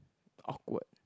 awkward